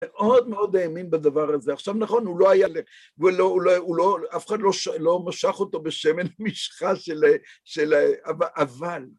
מאוד מאוד האמין בדבר הזה. עכשיו נכון, הוא לא היה, הוא לא, הוא לא, אף אחד לא משך אותו בשמן משחה של, של, אבל